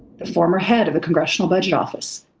the former head of the congressional budget office,